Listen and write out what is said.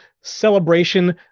celebration